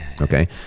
okay